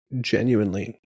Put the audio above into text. genuinely